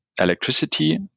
electricity